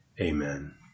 Amen